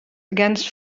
against